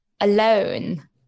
alone